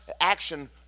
action